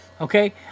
Okay